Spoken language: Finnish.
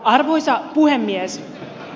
arvoisa puhemies